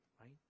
right